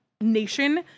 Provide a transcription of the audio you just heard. nation